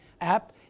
app